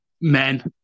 men